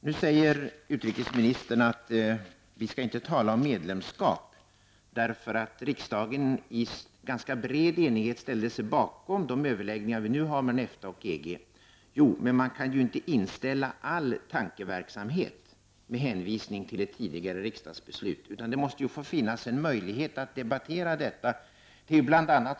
Nu säger utrikesministern att vi inte skall tala om ett medlemskap i EG, därför att riksdagen i ganska bred enighet ställt sig bakom de överläggningar som förs mellan EFTA och EG. Jo, men man kan ju inte inställa all tankeverksamhet med hänvisning till ett tidigare riksdagsbeslut, utan det måste få ges möjligheter att debattera detta.